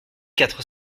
quatre